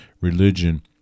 religion